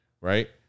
right